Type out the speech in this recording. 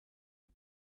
the